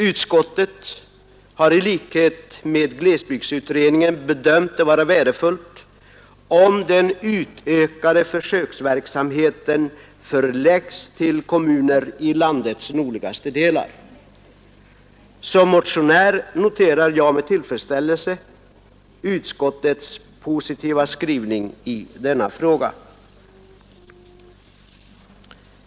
Utskottet har i likhet med glesbygdsutredningen bedömt det vara värdefullt om den utökade försöksverksamheten förläggs till kommuner i landets nordligaste delar. Som motionär noterar jag med tillfredsställelse utskottets positiva skrivning i denna fråga.